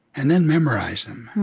and then memorize them